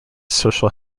social